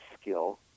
skill